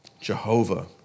Jehovah